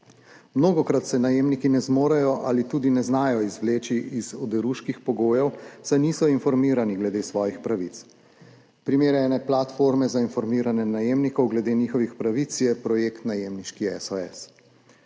Mnogokrat se najemniki ne zmorejo ali tudi ne znajo izvleči iz oderuških pogojev, saj niso informirani glede svojih pravic. Primer ene platforme za informiranje najemnikov glede njihovih pravic je projekt Najemniški SOS.